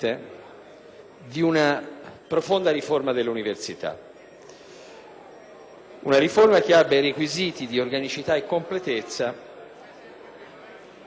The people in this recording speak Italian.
di una profonda riforma dell'università; una riforma che abbia requisiti di organicità e completezza...